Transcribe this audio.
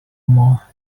more